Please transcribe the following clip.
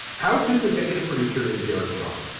how to's executive producer is derek john.